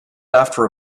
after